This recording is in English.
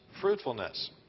fruitfulness